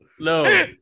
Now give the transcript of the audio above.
No